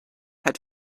had